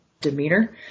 demeanor